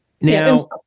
Now